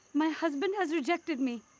my husband has rejected me.